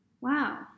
Wow